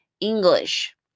English